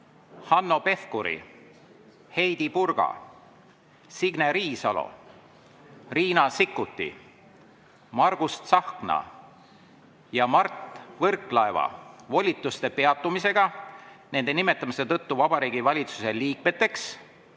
Hanno Pevkuri, Heidy Purga, Signe Riisalo, Riina Sikkuti, Margus Tsahkna ja Mart Võrklaeva volituste peatumisega nende nimetamise tõttu Vabariigi Valitsuse liikmeteks